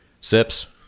sips